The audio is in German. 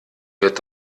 wird